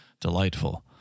delightful